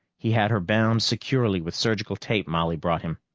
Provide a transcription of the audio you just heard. he had her bound securely with surgical tape molly brought him.